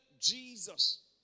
Jesus